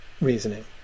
reasoning